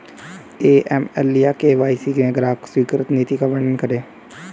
AML या KYC में ग्राहक स्वीकृति नीति का वर्णन करें?